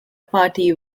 party